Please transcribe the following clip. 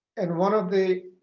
and one of the